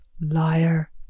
Liar